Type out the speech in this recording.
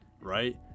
right